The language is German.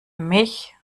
mich